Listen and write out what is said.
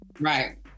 Right